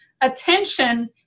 attention